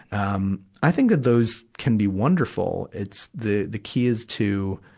um i think that those can be wonderful. it's the the key is to,